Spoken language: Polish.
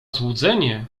złudzenie